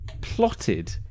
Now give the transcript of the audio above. plotted